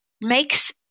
makes